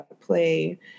play